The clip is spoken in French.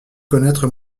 connaître